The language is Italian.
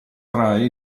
trae